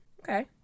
Okay